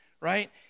right